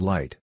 Light